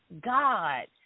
God